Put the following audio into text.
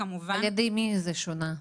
על ידי מי זה שונה?